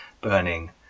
burning